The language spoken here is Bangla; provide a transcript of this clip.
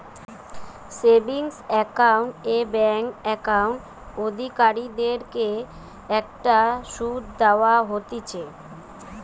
সেভিংস একাউন্ট এ ব্যাঙ্ক একাউন্ট অধিকারীদের কে একটা শুধ দেওয়া হতিছে